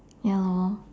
ya lor